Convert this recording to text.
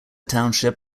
township